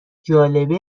جالبه